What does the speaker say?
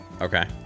Okay